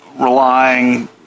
relying